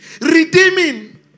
Redeeming